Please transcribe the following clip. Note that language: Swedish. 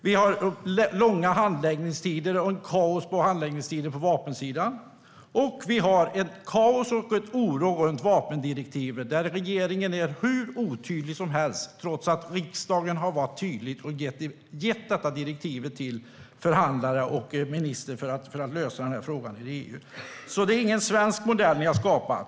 Vi har långa handläggningstider och kaos på vapensidan, och vi har kaos och oro runt vapendirektivet, där regeringen är hur otydlig som helst trots att riksdagen har varit tydlig och gett detta direktiv till förhandlare och minister för att lösa frågan nere i EU. Det är alltså ingen svensk modell ni har skapat.